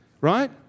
Right